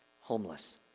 homeless